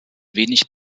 wenig